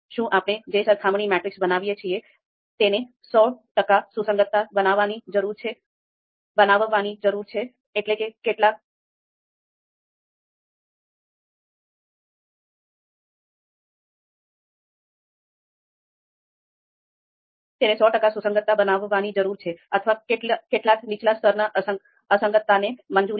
શું આપણે જે સરખામણી મેટ્રિસીસ બનાવીએ છીએ તેને સો ટકા સુસંગત બનાવવાની જરૂર છે અથવા કેટલાક નીચલા સ્તરના અસંગતતાને મંજૂરી છે